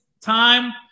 time